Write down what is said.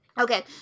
Okay